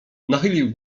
nachylił